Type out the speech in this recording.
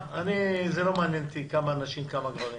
לא מעניין אותי כמה נשים וכמה גברים.